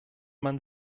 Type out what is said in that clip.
man